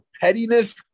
pettiness